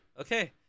Okay